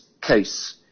case